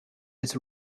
its